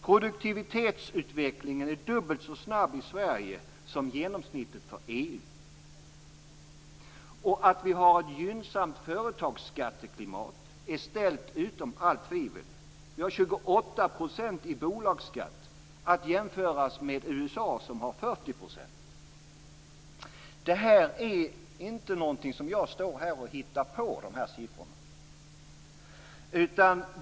Produktivitetsutvecklingen är dubbelt så snabb i Sverige som genomsnittet för EU. Att vi har ett gynnsamt företagsskatteklimat är ställt utom allt tvivel. Vi har 28 % i bolagsskatt, att jämföras med USA som har 40 %. Dessa siffror är inte någonting som jag står här och hittar på.